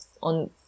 on